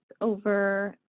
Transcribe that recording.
over